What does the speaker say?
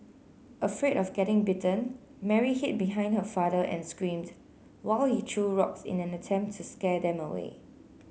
afraid of getting bitten Mary hid behind her father and screamed while he threw rocks in an attempt to scare them away